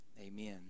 Amen